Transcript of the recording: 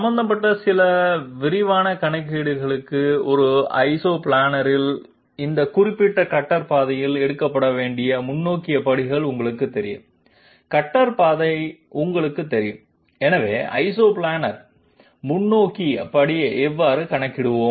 சம்பந்தப்பட்ட சில விரைவான கணக்கீடுகளுக்கு ஒரு ஐசோபிளானரில் இந்த குறிப்பிட்ட கட்டர் பாதையில் எடுக்கப்பட வேண்டிய முன்னோக்கி படிகள் உங்களுக்குத் தெரியும் கட்டர் பாதை உங்களுக்குத் தெரியும் எனவே ஐசோபிளானர் முன்னோக்கி படியை எவ்வாறு கணக்கிடுவோம்